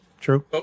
True